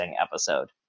episode